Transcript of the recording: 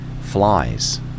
flies